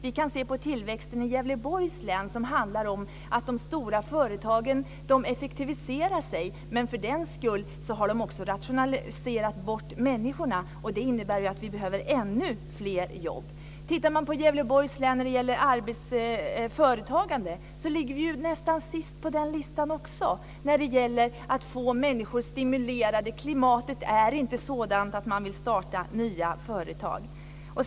Vi kan se på tillväxten i Gävleborgs län, som handlar om att de stora företagen effektiviserar. Samtidigt har de också rationaliserat bort människorna. Det innebär att vi behöver ännu fler jobb. Tittar man på Gävleborgs län när det gäller företagande ser man att länet ligger nästan sist också på den listan, i fråga om att få människor stimulerade. Klimatet är inte sådant att de vill starta nya företag där.